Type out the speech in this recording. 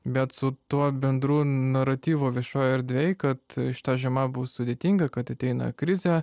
bet su tuo bendru naratyvu viešojoj erdvėj kad šita žiema bus sudėtinga kad ateina krizė